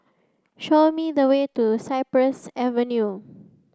show me the way to Cypress Avenue